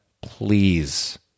please